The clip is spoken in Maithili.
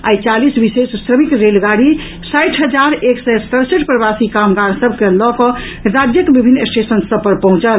आई चालीस विशेष श्रमिक रेलगाड़ी साठि हजार एक सय सड़सठि प्रवासी कामगार सभ के लड कड राज्यक विभिन्न स्टेशन सभ पर पहुंचल